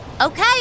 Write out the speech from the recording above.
Okay